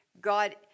God